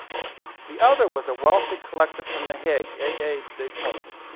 the other was a wealthy collector from the hague, a a. de tombe.